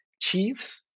chiefs